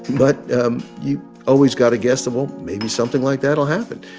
but um you always got to guess that, well, maybe something like that'll happen.